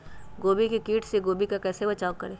गोभी के किट से गोभी का कैसे बचाव करें?